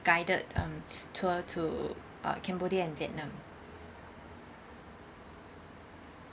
guided um tour to uh cambodia and vietnam